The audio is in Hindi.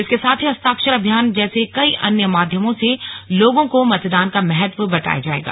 इसके साथ ही हस्ताक्षर अभियान जैसे कई अन्य माध्यमों से लोगों को मतदान का महत्व बताया जाएगा